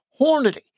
Hornady